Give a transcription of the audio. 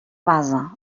base